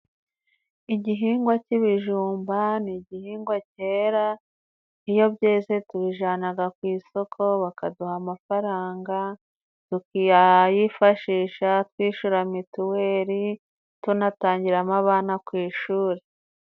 Igihingwa cy'ibijumba ni igihingwa cyera, iyo byeze tubijanaga ku isoko, bakaduha amafaranga tukayifashisha twishyura mitiweli, tunatangiramo abana ku ishuri.